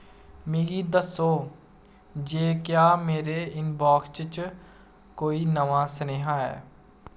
मिगी दस्सो जे क्या मेरे इनबाक्स च कोई नमां सनेहा ऐ